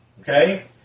Okay